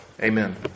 amen